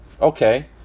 Okay